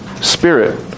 Spirit